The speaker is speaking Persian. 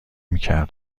میکر